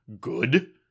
good